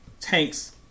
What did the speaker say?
Tank's